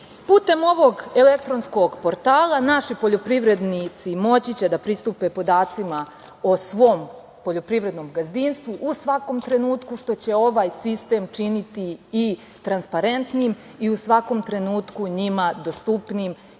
Putem ovog elektronskog portala naši poljoprivrednici moći će da pristupe podacima o svom poljoprivrednom gazdinstvu u svakom trenutku, što će ovaj sistem činiti i transparentnijim i u svakom trenutku njima dostupnijim